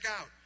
out